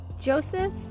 Joseph